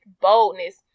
boldness